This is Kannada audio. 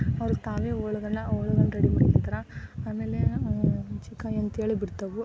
ಅವ್ರ್ಗೆ ತಾವೇ ಹೋಳುಗನ್ನ ಹೋಳು ರೆಡಿ ಮಾಡ್ಕೊಳ್ತಾರೆ ಆಮೇಲೆ ಹುಣ್ಸಿಕಾಯಿ ಅಂಥೇಳಿ ಬಿಡ್ತವೆ